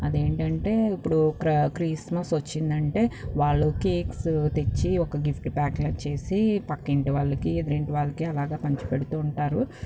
అదేంటంటే ఇప్పుడు క్ర క్రిస్మస్ వచ్చిందంటే వాళ్ళు కేక్స్ తెచ్చి ఒక గిఫ్ట్ ప్యాక్ల చేసి పక్కింటి వాళ్ళకి ఎదురింటి వాళ్ళకి అలాగా పంచిపెడుతు ఉంటారు